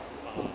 ah